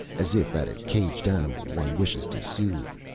as if at a caged animal one wishes to soothe.